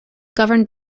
governed